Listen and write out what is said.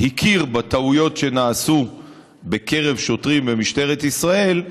הכיר בטעויות שנעשו בקרב שוטרים במשטרת ישראל,